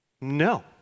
No